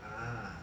ah